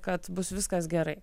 kad bus viskas gerai